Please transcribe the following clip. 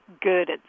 good